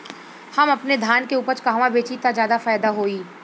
हम अपने धान के उपज कहवा बेंचि त ज्यादा फैदा होई?